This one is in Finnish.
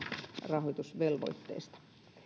rahoitusvelvoitteesta